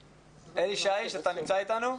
אלי שיש, אתה נמצא אתנו?